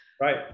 right